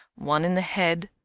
one in the head,